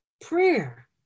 prayer